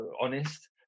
honest